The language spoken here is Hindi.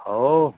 अओ